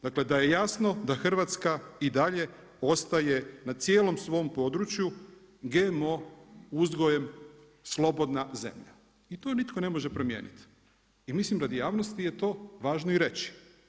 Dakle, da je jasno da Hrvatska i dalje ostaje na cijelom svom području, GMO uzgojem slobodna zemlja i to nitko ne može promijeniti i mislim da radi javnosti je to važno i reći.